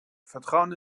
vertrauen